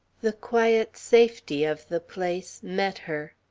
the quiet safety of the place, met her.